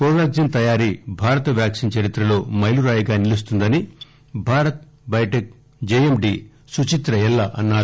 కొవాగ్జిన్ తయారీ భారత వాక్సిన్ చరిత్రలో మైలురాయిగా నిలుస్తుందని భారత్ బయోటెక్ జేఎండీ సుచిత్ర ఎల్లా అన్సారు